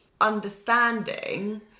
understanding